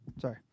sorry